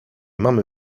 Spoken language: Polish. mamy